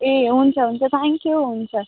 ए हुन्छ हुन्छ थ्याङ्क्यु हुन्छ